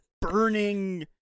burning